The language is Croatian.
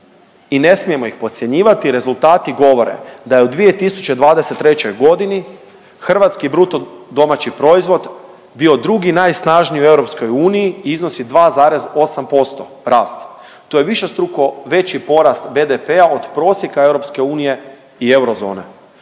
i ne smijemo iz podcjenjivati. Rezultati govore da je u 2023.g. hrvatski bruto domaći proizvod bio drugi najsnažniji u EU i iznosi 2,8% rast. To je višestruko veći porast BDP-a od prosjeka EU i